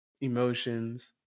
emotions